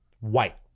white